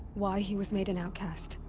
why he was made an outcast.